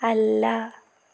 അല്ല